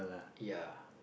ya